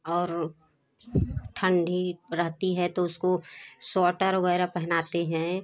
और ठंडी रहती है तो उसको स्वटर वगैरह पहनाते हैं